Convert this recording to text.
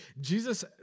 Jesus